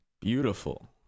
Beautiful